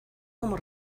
como